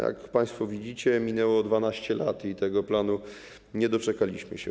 Jak państwo widzicie, minęło 12 lat i tego planu nie doczekaliśmy się.